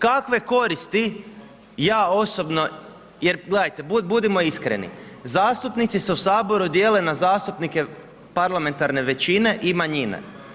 Kakve koristi ja osobno, jer gledajte budimo iskreni, zastupnici se u Saboru dijele na zastupnike parlamentarne većine i manjine.